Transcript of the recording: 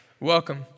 Welcome